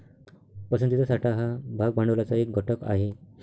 पसंतीचा साठा हा भाग भांडवलाचा एक घटक आहे